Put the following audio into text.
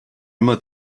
immer